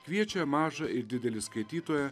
kviečia mažą ir didelį skaitytoją